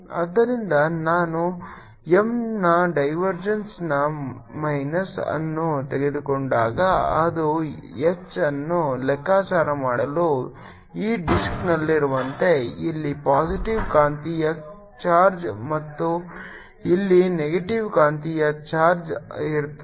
ಆದ್ದರಿಂದ ನಾನು M ನ ಡೈವರ್ಜೆನ್ಸ್ನ ಮೈನಸ್ ಅನ್ನು ತೆಗೆದುಕೊಂಡಾಗ ಅದು H ಅನ್ನು ಲೆಕ್ಕಾಚಾರ ಮಾಡಲು ಈ ಡಿಸ್ಕ್ನಲ್ಲಿರುವಂತೆ ಇಲ್ಲಿ ಪಾಸಿಟಿವ್ ಕಾಂತೀಯ ಚಾರ್ಜ್ ಮತ್ತು ಇಲ್ಲಿ ನೆಗೆಟಿವ್ ಕಾಂತೀಯ ಚಾರ್ಜ್ ಇರುತ್ತದೆ